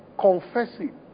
confessing